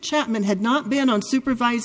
chapman had not been on supervised